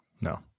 No